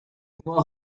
noirs